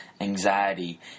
anxiety